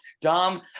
Dom